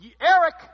Eric